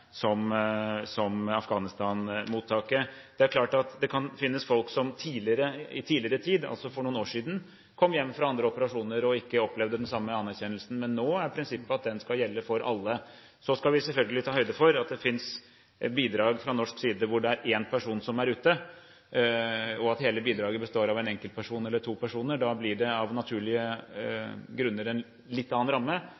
som Afghanistan-mottaket. Det er klart at det kan finnes folk som i tidligere tid – altså for noen år siden – kom hjem fra andre operasjoner og ikke opplevde den samme anerkjennelsen, men nå er prinsippet at den skal gjelde for alle. Så skal vi selvfølgelig ta høyde for at det finnes bidrag fra norsk side hvor det er en person som er ute, og at hele bidraget består av en enkelt person eller to personer. Da blir det av naturlige